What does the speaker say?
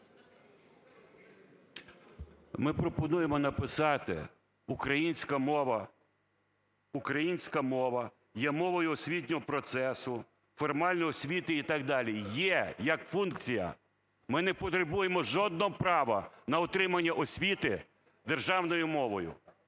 Ми пропонуємо написати: "Українська мова є мовою освітнього процесу формальної освіти…" і так далі. Є! Як функція, ми не потребуємо жодного права на отримання освіти державною мовою.